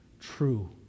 true